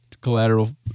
collateral